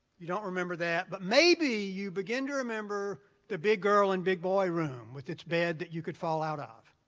you don't remember that, but maybe you began to remember the big girl and big boy room with its bed that you could fall out of.